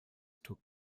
took